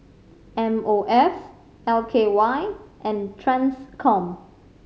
M O F L K Y and Transcom